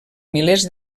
milers